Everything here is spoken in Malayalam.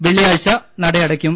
വെള്ളി യാഴ്ച നടയടയ്ക്കും